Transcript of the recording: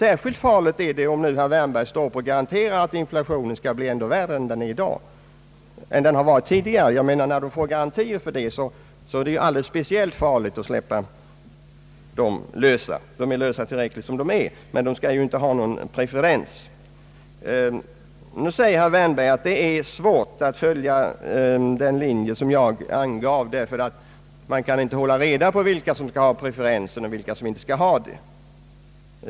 Särskilt farligt är det om nu herr Wärnberg står upp och garanterar att inflationen skall bli ännu värre än den varit tidigare. Får man garantier för detta är det alldeles speciellt farligt att släppa sådana intressenter lösa, de skall i varje fall inte ha någon preferens. Herr Wärnberg säger att det är svårt att följa den linje jag angav därför att man inte kan hålla reda på vilka som skall ha preferens och vilka som inte skall ha det.